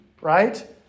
right